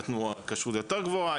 נתנו כשרות יותר גבוהה,